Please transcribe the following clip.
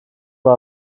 war